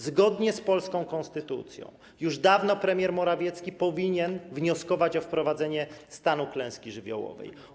Zgodnie z polską konstytucją już dawno premier Morawiecki powinien wnioskować o wprowadzenie stanu klęski żywiołowej.